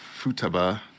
Futaba